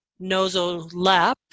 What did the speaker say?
nosolep